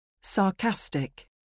Sarcastic